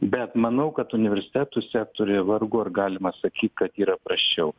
bet manau kad universitetuose turi vargu ar galima sakyti kad yra prasčiau